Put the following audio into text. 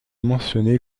mentionné